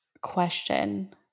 question